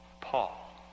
Paul